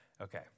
Okay